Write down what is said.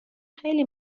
خیلی